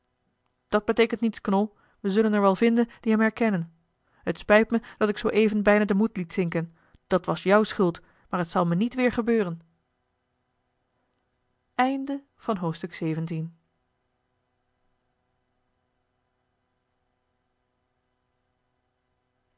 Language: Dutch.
dat beteekent niets knol we zullen er wel vinden die hem herkennen t spijt me dat ik zoo even bijna den moed liet zinken dat was jouw schuld maar het zal me niet weer gebeuren